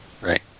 Right